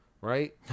Right